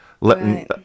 letting